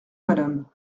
madame